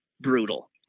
brutal